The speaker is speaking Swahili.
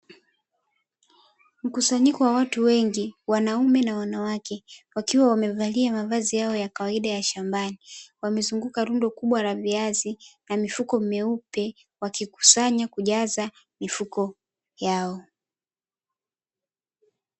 Mkusanyiko wa wtu wengi wanaume na wanawake, wakiwa wamevalia mavazi yao ya kawaida ya shambani wamezunguka rundo kubwa la viazi na mifuko meupe wakikusanya kujaza mifuko yao.